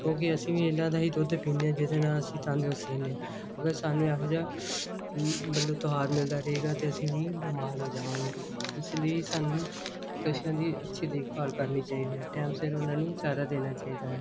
ਕਿਉਂਕਿ ਅਸੀਂ ਵੀ ਇਹਨਾਂ ਦਾ ਹੀ ਦੁੱਧ ਪੀਂਦੇ ਹਾਂ ਜਿਹਦੇ ਨਾਲ ਅਸੀਂ ਤੰਦਰੁਸਤ ਰਹਿੰਦੇ ਹਾਂ ਸਾਨੂੰ ਇਹੋ ਜਿਹਾ ਮਤਲਬ ਤੁਹਾਰ ਮਿਲਦਾ ਰਹੇਗਾ ਅਸੀਂ ਵੀ ਬਿਮਾਰ ਹੋ ਜਾਵਾਂਗੇ ਇਸ ਲਈ ਸਾਨੂੰ ਪਸ਼ੂਆਂ ਦੀ ਅੱਛੀ ਦੇਖਭਾਲ ਕਰਨੀ ਚਾਹੀਦੀ ਹੈ ਟਾਈਮ ਸਿਰ ਉਹਨਾਂ ਨੂੰ ਚਾਰਾ ਦੇਣਾ ਚਾਹੀਦਾ ਹੈ